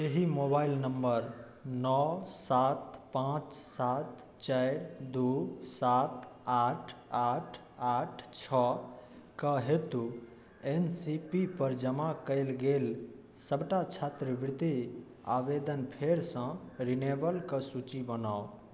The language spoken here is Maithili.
एहि मोबाइल नम्बर नओ सात पाँच सात चारि दुइ सात आठ आठ आठ छओके हेतु एन सी पी पर जमा कएल गेल सबटा छात्रवृत्ति आवेदन फेरसँ रिनेबलके सूची बनाउ